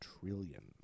trillion